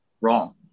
wrong